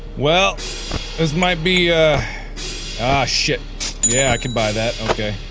well this might be a shit yeah i can buy that okay